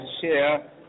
share